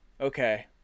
okay